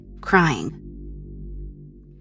crying